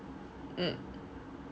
mm